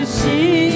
see